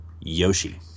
Yoshi